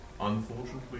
unfortunately